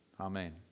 Amen